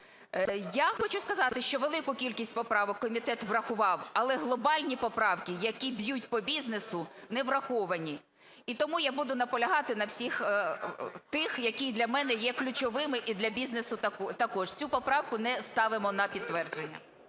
Я хочу сказати, що велику кількість поправок комітет врахував, але глобальні поправки, які б'ють по бізнесу, не враховані. І тому я буду наполягати на всіх тих, які для мене є ключовими, і для бізнесу також. Цю поправку не ставимо на підтвердження.